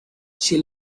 she